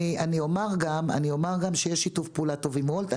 אני אומר גם שיש שיתוף פעולה טוב עם וולט.